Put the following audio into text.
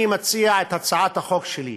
אני מציע את הצעת החוק שלי.